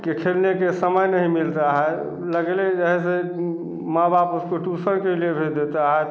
कि खेलने के समय नहीं मिल रहा है लग नहीं रहे ऐसे माँ बाप उसको ट्यूशन के लिए भेज देता आज